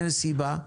אין סיבה,